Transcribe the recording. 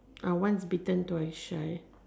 once bitten twice shy